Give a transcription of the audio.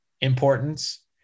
importance